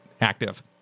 active